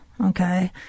okay